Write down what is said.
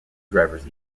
drivers